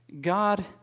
God